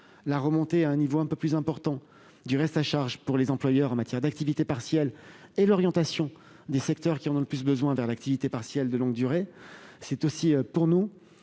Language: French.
la remontée à un niveau un peu plus important du reste à charge pour les employeurs, en matière d'activité partielle, et l'orientation des secteurs qui en ont le plus besoin vers l'activité partielle de longue durée. Cet objectif est